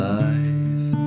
life